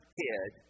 kid